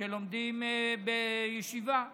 שלומדים בישיבה,